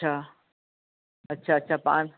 अच्छा अच्छा अच्छा पान